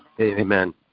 Amen